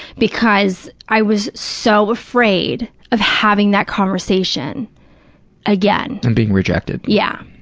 because i was so afraid of having that conversation again. and being rejected. yeah.